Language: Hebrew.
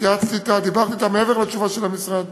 התייעצתי אתה, דיברתי אתה, מעבר לתשובה של המשרד.